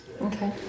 Okay